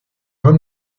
von